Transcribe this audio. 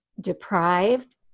deprived